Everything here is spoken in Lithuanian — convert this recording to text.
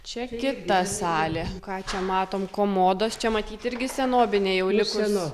čia kita salė ką čia matom komodos čia matyt irgi senovinė jau likus